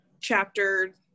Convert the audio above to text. chapter